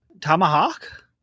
tomahawk